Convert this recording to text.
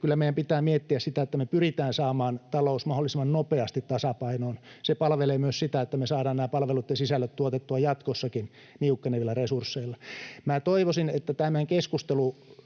Kyllä meidän pitää miettiä sitä, että me pyritään saamaan talous mahdollisimman nopeasti tasapainoon. Se palvelee myös sitä, että me saadaan nämä palveluitten sisällöt tuotettua jatkossakin niukkenevilla resursseilla. Minä toivoisin, että tämä keskustelu